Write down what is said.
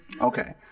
Okay